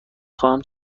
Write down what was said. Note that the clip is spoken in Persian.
خواهم